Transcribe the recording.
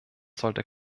sollte